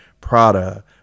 Prada